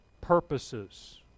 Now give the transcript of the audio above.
purposes